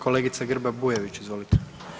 Kolegice Grba-Bujević, izvolite.